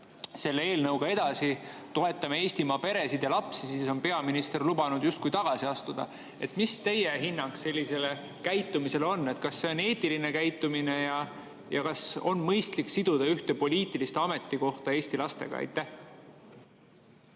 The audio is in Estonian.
selle eelnõuga edasi, toetame Eestimaa peresid ja lapsi, siis on peaminister lubanud justkui tagasi astuda. Mis teie hinnang sellisele käitumisele on? Kas see on eetiline käitumine ja kas on mõistlik siduda ühte poliitilist ametikohta Eesti lastega? Jaa,